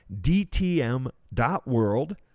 dtm.world